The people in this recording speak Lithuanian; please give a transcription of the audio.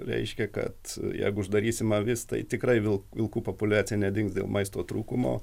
reiškia kad jeigu uždarysim avis tai tikrai vil vilkų populiacija nedings dėlo maisto trūkumo